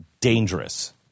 dangerous